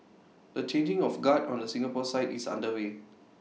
the changing of guard on the Singapore side is underway